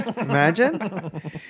imagine